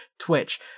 twitch